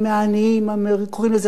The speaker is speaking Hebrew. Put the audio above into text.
קוראים לזה רגרסיבי,